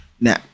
Now